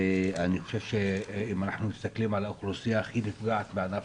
אני חושב שאם אנחנו מסתכלים על האוכלוסייה הכי נפגעת בענף